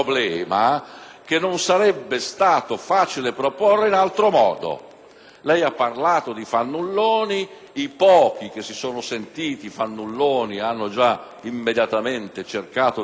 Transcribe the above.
che non sarebbe stato facile proporre in altro modo: ha parlato di fannulloni. I pochi che si sono sentiti fannulloni hanno immediatamente cercato di provvedere